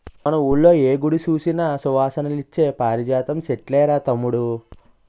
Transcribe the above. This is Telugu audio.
మన వూళ్ళో ఏ గుడి సూసినా సువాసనలిచ్చే పారిజాతం సెట్లేరా తమ్ముడూ